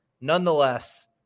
nonetheless